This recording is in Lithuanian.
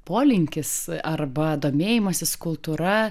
polinkis arba domėjimasis kultūra